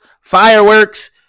Fireworks